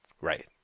right